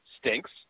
stinks